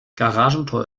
garagentor